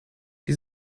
die